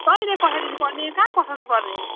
कहिले पठाइदिनु पर्ने कहाँ पठाउनु पर्ने